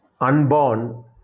unborn